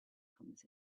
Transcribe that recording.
comes